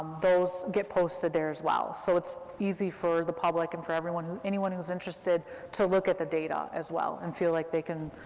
those get posted there, as well. so it's easy for the public and for everyone, anyone who's interested to look at the data, as well, and feel like they can,